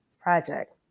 project